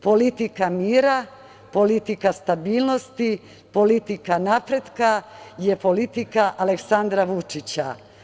Politika mira, politika stabilnosti, politika napretka, je politika Aleksandra Vučića.